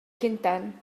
lundain